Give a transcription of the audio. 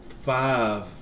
five